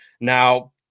Now